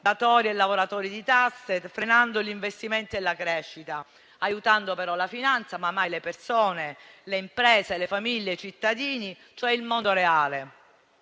datori e lavoratori di tasse, frenando gli investimenti e la crescita, aiutando però la finanza, ma mai le persone, le imprese, le famiglie e i cittadini, cioè il mondo reale.